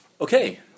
Okay